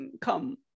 Come